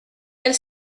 elle